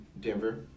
Denver